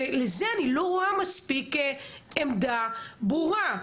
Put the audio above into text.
לזה אני לא רואה עמדה מספיק ברורה.